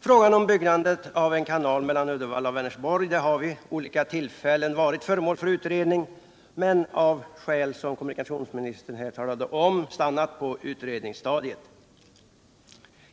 Frågan om byggandet av en kanal mellan Uddevalla och Vänersborg har vid olika tillfällen varit föremål för utredning, men av skäl som kommunikationsministern har redogjort för har arbetet stannat på utredningsstadiet.